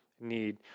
need